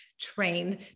trained